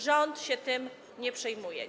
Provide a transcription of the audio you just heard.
Rząd się tym nie przejmuje.